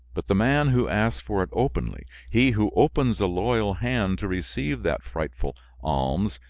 but the man who asks for it openly, he who opens a loyal hand to receive that frightful alms,